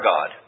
God